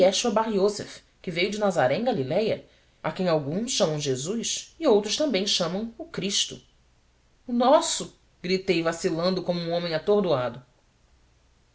que veio de nazaré em galiléia a quem alguns chamam jesus e outros também chamam o cristo o nosso gritei vacilando como um homem atordoado